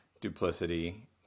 duplicity